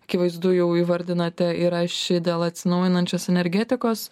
kivaizdu jau įvardinate yra ši dėl atsinaujinančios energetikos